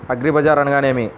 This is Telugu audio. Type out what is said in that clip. అగ్రిబజార్ అనగా నేమి?